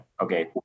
okay